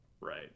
right